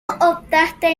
obstante